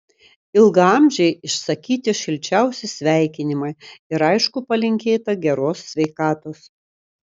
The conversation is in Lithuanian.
ilgaamžei išsakyti šilčiausi sveikinimai ir aišku palinkėta geros sveikatos